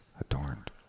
adorned